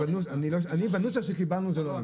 בנוסח שקיבלנו זה לא נמצא.